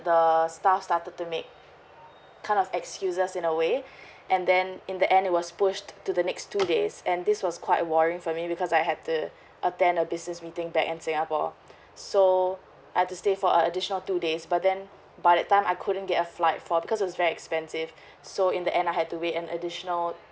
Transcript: the staff started to make kind of excuses in a way and then in the end it was pushed to the next two days and this was quite worrying for me because I had to attend a business meeting back in singapore so I'd to stay for a additional two days but then by that time I couldn't get a flight for because it's very expensive so in the end I had to wait an additional